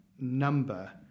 number